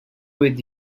with